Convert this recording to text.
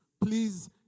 Please